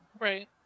Right